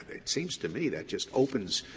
it seems to me that just opens,